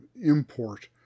import